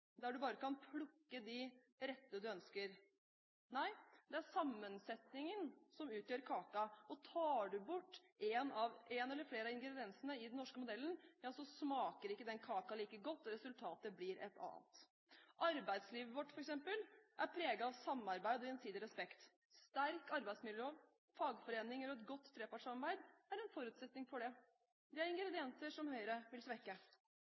der du bare kan plukke de rettene du ønsker. Nei, det er sammensetningen som utgjør kaken, og tar du bort en eller flere av ingrediensene i den norske modellen, smaker ikke den kaken like godt, og resultatet blir et annet. Arbeidslivet vårt, f.eks., er preget av samarbeid og gjensidig respekt. Sterk arbeidsmiljølov, fagforeninger og et godt trepartssamarbeid er en forutsetning for det. Det er ingredienser som Høyre vil svekke.